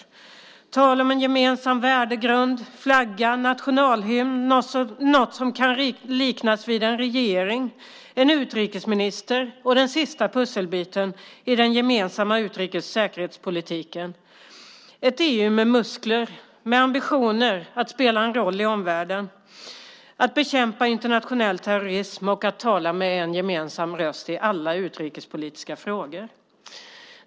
Det är tal om en gemensam värdegrund, flagga, nationalhymn, något som kan liknas vid en regering, utrikesminister och den sista pusselbiten den gemensamma utrikes och säkerhetspolitiken, ett EU med muskler, med ambitioner att spela en roll i omvärlden, att bekämpa internationell terrorism och att tala med en röst i alla utrikespolitiska frågor.